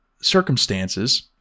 circumstances